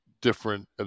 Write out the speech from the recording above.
different